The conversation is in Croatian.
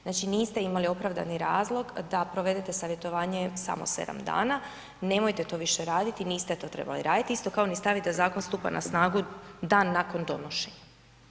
Znači niste imali opravdani razlog da provedete savjetovanje samo 7 dana, nemojte to više raditi, niste to trebali radit isto kao ni stavit da zakon stupa na snagu dan nakon donošenja.